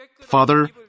Father